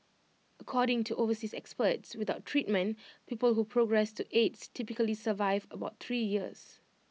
according to overseas experts without treatment people who progress to aids typically survive about three years